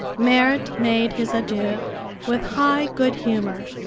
merrit made his adieu with high good humor,